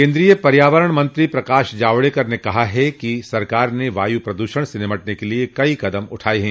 केन्द्रीय पर्यावरण मंत्री प्रकाश जावडेकर ने कहा कि सरकार ने वायु प्रदूषण से निपटने के लिए कई कदम उठाए हैं